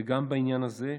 וגם בעניין הזה,